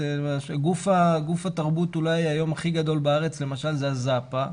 גוף התרבות אולי היום הכי גדול בארץ למשל זה הזאפה,